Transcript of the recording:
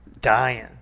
dying